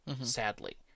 sadly